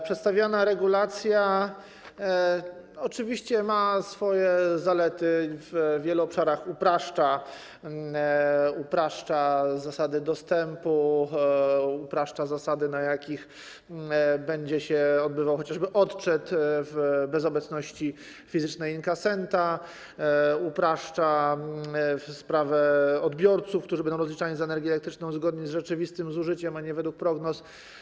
Przedstawiona regulacja oczywiście ma swoje zalety, w wielu obszarach upraszcza zasadę dostępu, upraszcza zasady, na jakich będzie się odbywał chociażby odczyt bez obecności fizycznej inkasenta, upraszcza sprawę odbiorców, którzy będą rozliczani z energii elektrycznej zgodnie z rzeczywistym zużyciem, a nie według prognoz.